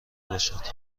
باشد